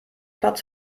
platz